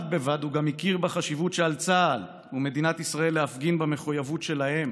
בד בבד הוא גם הכיר בחשיבות שעל צה"ל ומדינת ישראל להפגין במחויבות שלהם